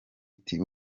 iti